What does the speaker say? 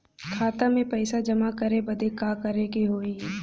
खाता मे पैसा जमा करे बदे का करे के होई?